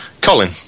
Colin